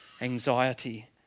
anxiety